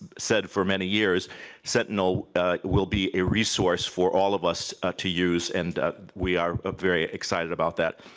said for many years sentinel will be a resource for all of us to use and we are very excited about that.